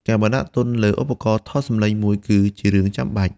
ការបណ្តាក់ទុនលើឧបករណ៍ថតសំឡេងល្អមួយ គឺជារឿងចាំបាច់។